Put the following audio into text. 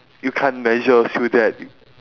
you can't measure through that